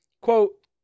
Quote